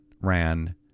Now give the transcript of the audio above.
ran